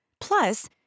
Plus